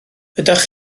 ydych